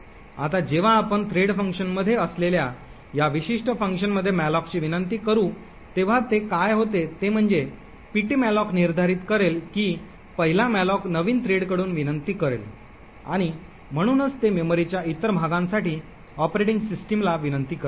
आता जेव्हा आपण थ्रेड फंक्शनमध्ये असलेल्या या विशिष्ट फंक्शनमध्ये मॅलोकची विनंती करू तेव्हा ते काय होते ते म्हणजे पीटीमलोक निर्धारित करेल की 1 ला मॅलॉक नवीन थ्रेडकडून विनंती करेल आणि म्हणूनच ते मेमरीच्या इतर भागांसाठी ऑपरेटिंग सिस्टमला विनंती करेल